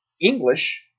English